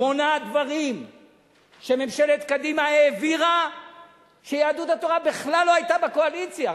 שמונה דברים שממשלת קדימה העבירה כשיהדות התורה בכלל לא היתה בקואליציה,